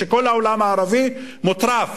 שכל העולם הערבי מוטרף?